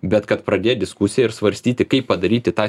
bet kad pradėt diskusiją ir svarstyti kaip padaryti tą